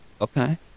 Okay